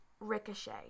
Ricochet